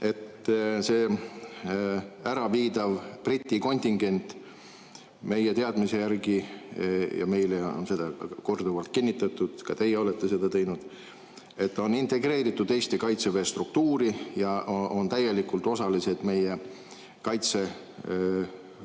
See äraviidav Briti kontingent meie teadmise järgi – ja meile on seda korduvalt kinnitatud, ka teie olete seda teinud – on integreeritud Eesti kaitseväe struktuuri ja on täielikult osaline meie kaitseplaanides.